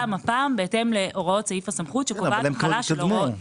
הפעם בהתאם להוראות סעיף הסמכות שקובעת החלה של הוראות.